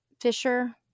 fisher